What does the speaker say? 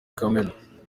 kamena